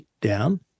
down